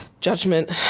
judgment